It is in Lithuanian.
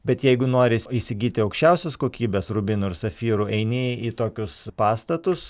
bet jeigu nori įs įsigyti aukščiausios kokybės rubinų ir safyrų eini į tokius pastatus